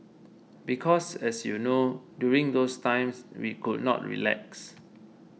because as you know during those times we could not relax